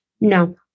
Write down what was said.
no